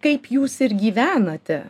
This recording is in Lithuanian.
kaip jūs ir gyvenate